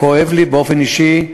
כואב לי באופן אישי.